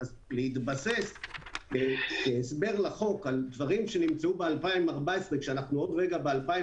אז להתבסס בהסבר לחוק על דברים מ-2014 כשאנחנו עוד רגע ב-2021,